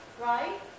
right